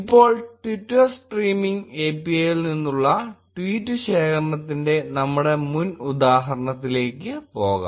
ഇപ്പോൾ Twitter streaming API ൽ നിന്നുള്ള ട്വീറ്റ് ശേഖരണത്തിന്റെ നമ്മുടെ മുൻ ഉദാഹരണത്തിലേക്ക് പോകാം